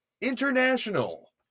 International